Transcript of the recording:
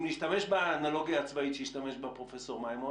אם נשתמש באנלוגיה הצבאית שהשתמש בה פרופ' מימון,